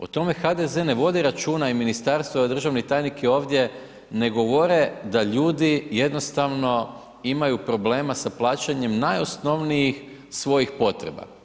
O tome HDZ ne vodi računa i ministarstvo i državni tajnik je ovdje, ne govore da ljudi jednostavno imaju problema sa plaćanjem najosnovnijih svojih potreba.